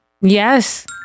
Yes